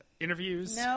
interviews